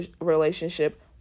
relationship